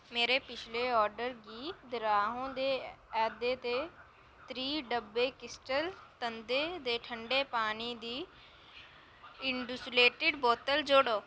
मेरे पिछले आर्डर गी दर्हाओ ते एह्दे त्री डब्बे क्रिस्टल ते ठंडे पानी दी इंसुलेटड बोतल जोड़ो